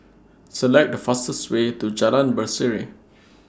Select The fastest Way to Jalan Berseri